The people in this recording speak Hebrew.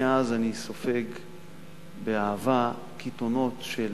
מאז אני סופג באהבה קיתונות של